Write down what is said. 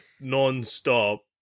non-stop